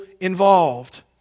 involved